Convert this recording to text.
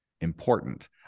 important